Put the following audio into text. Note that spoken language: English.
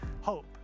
hope